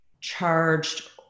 charged